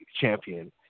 champion